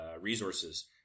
resources